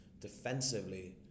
defensively